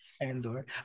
Andor